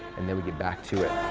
and then we get back to it.